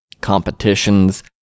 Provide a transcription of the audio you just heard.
competitions